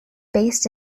based